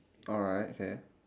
alright okay